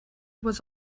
was